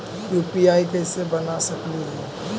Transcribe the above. UPI कैसे बना सकली हे?